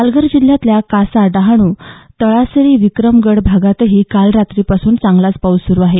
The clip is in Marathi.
पालघर जिल्ह्यातल्या कासा डहाणू तळासरी विक्रमगड भागातही काल रात्रीपासून चांगला पाऊस सुरू आहे